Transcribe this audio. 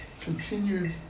continued